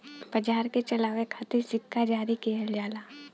बाजार के चलावे खातिर सिक्का जारी किहल जाला